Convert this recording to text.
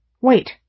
wait